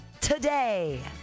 today